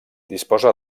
disposa